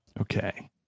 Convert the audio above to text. Okay